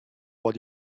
what